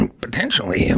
Potentially